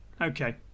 okay